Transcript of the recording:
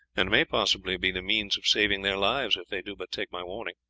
and may possibly be the means of saving their lives if they do but take my warning.